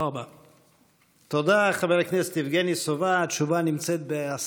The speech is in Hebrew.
אתה תחליט מה אתה רוצה ותפעל בהתאם